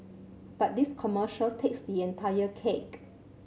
but this commercial takes the entire cake